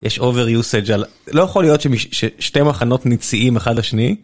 יש overusage לא יכול להיות שיש שתי מחנות נציים אחד לשני.